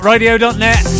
Radio.net